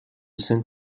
cinq